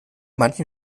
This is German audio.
manchen